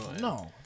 No